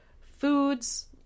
foods